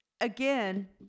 again